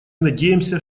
надеемся